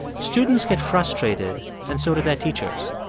students get frustrated and so do their teachers.